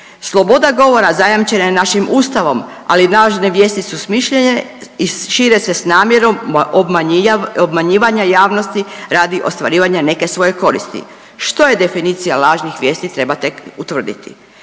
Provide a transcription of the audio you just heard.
Sloboda govora zajamčena je našim Ustavom, ali lažne vijesti su smišljene i šire se s namjerom obmanjivanja javnosti radi ostvarivanja neke svoje koristi. Što je definicija lažnih vijesti treba tek utvrditi.